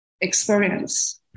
experience